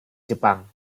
jepang